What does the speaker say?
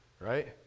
right